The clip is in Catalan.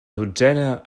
dotzena